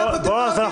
איך אתם דואגים להם.